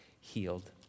healed